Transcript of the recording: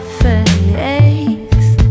face